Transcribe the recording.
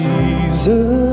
Jesus